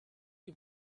you